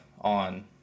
on